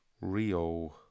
Rio